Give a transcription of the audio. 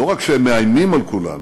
לא רק שהם מאיימים על כולנו,